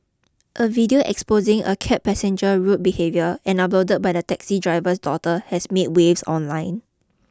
a video exposing a cab passenger rude behaviour and uploaded by the taxi driver's daughter has made waves online